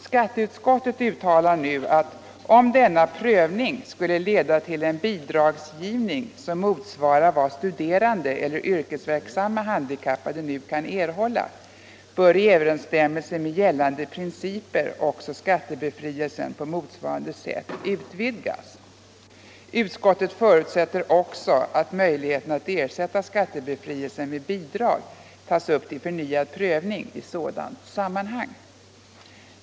Skatteutskottet uttalar nu att om denna prövning skulle leda till en bidragsgivning som motsvarar vad studerande eller yrkesverksamma handikappade kan erhålla. bör i överensstämmelse med gällande principer också skattebefrielsen på motsvarande sätt utvidgas. Utskottet förutsätter också att möjligheterna att ersätta skattebefrielsen med bidrag tas upp till förnyad prövning i sådant sammanhang.